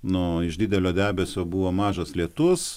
nu iš didelio debesio buvo mažas lietus